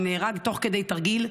שנהרג תוך כדי תרגיל,